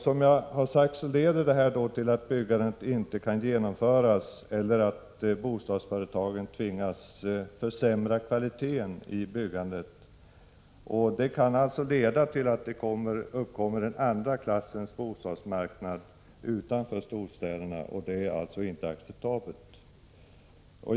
Som jag har sagt leder detta till att byggandet inte kan genomföras eller till att bostadsföretagen tvingas försämra kvaliteten i byggandet. Det kan då uppkomma en andra klassens bostadsmarknad utanför storstäderna, vilket inte är acceptabelt.